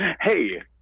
Hey